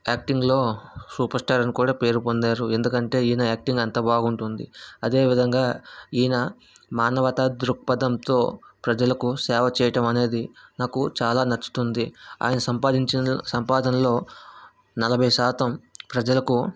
యాక్టింగ్లో superstar అని కూడా పేరు పొందారు ఎందుకంటే ఈయన యాక్టింగ్ అంత బాగుంటుంది అదేవిధంగా ఈయన మానవతా దృక్పథంతో ప్రజలకు సేవ చేయటం అనేది నాకు చాలా నచ్చుతుంది ఆయన సంపాదించిన సంపాదనలో నలభై శాతం ప్రజలకు